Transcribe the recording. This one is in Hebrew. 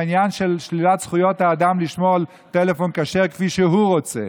העניין של שלילת זכויות האדם לשמור על טלפון כשר כפי שהוא רוצה.